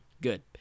good